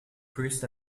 priest